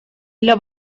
для